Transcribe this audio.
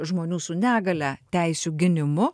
žmonių su negalia teisių gynimu